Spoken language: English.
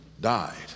died